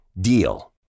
DEAL